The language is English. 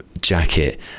jacket